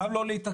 גם לא להתעכב.